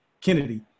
Kennedy